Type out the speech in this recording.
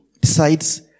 decides